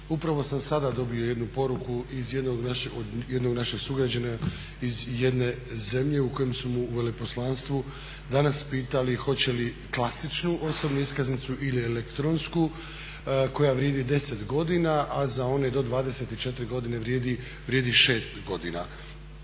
Upravo sam sada dobio jednu poruku od jednog našeg sugrađanina iz jedne zemlje u kojoj su mu u veleposlanstvu danas pitali hoće li klasičnu osobnu iskaznicu ili elektronsku koja vrijedi 10 godina, a za one do 24 godine vrijedi 6 godina.